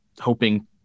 hoping